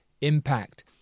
impact